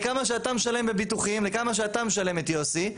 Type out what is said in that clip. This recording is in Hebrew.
כמה שאתה משלם בביטוחים וכמה שאתה משלם את יוסי,